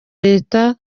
leta